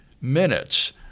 minutes